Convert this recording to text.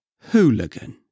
Hooligan